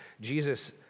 Jesus